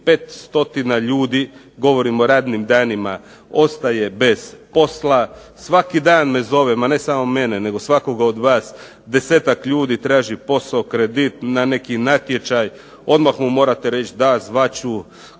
ljudi govorim o radnim danima ostaje bez posla. Svaki dan me zove, ma ne samo mene nego svakoga od vas desetak ljudi. Traži posao, kredit, na neki natječaj. Odmah mu morate reći da, zvat